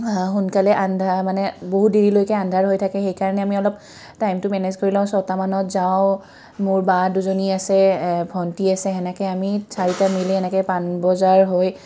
সোনকালে আন্ধাৰ মানে বহুত দেৰিলৈকে আন্ধাৰ হৈ থাকে সেইকাৰণে আমি অলপ টাইমটো মেনেজ কৰি লওঁ ছটামানত যাওঁ মোৰ বা দুজনী আছে ভণ্টি আছে সেনেকৈ আমি চাৰিটা মিলি এনেকৈ পান বজাৰ হৈ